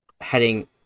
heading